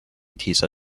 tisa